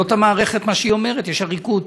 זאת המערכת, ומה שהיא אומרת: יש עריקות.